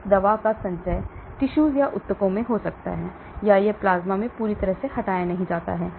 इस दवा का संचय ऊतकों में हो सकता है या यह प्लाज्मा से पूरी तरह से हटाया नहीं जाता है